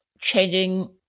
changing